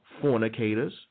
fornicators